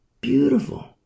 Beautiful